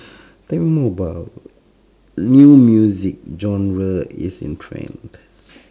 tell me more about new music genre is in trend